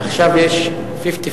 עכשיו יש פיפטי-פיפטי.